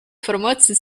информации